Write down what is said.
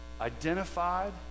identified